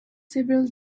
several